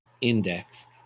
index